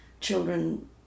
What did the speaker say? children